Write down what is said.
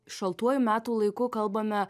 šaltuoju metų laiku kalbame